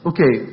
Okay